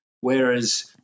whereas